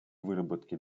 выработке